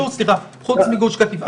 חוץ מגוש קטיף,